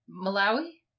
Malawi